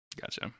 Gotcha